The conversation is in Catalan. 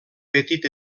petit